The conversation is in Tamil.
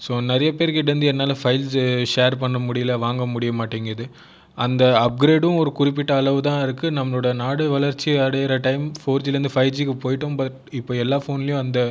ஸோ நிறைய பேர் கிட்டே இருந்து என்னால் ஃபைல்ஸ் ஷேர் பண்ண முடியலை வாங்க முடிய மாட்டேங்குது அந்த அப்கிரேடும் ஒரு குறிப்பிட்ட அளவு தான் இருக்குது நம்மளோடய நாடு வளர்ச்சி அடைகிற டைம் ஃபோர்ஜிலேருந்து ஃபைவ்ஜிக்கு போய்விட்டோம் பட் இப்போது எல்லா போன்லேயும் அந்த